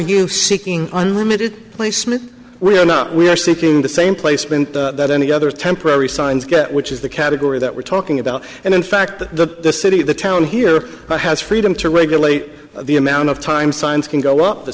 you seeking unlimited placement we are not we are seeking the same placement that any other temporary signs get which is the category that we're talking about and in fact the city of the town here has freedom to regulate the amount of time signs can go up the